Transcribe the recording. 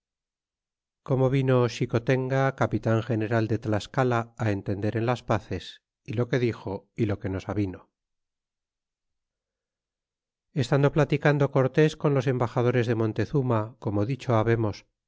como vino xicotenga capitan general de tlascala entender en las pases y lo que dixo y lo que nos avino estando platicando cortés con los embajadores de montezuma como